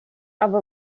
have